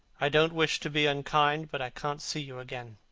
i don't wish to be unkind, but i can't see you again.